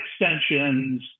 extensions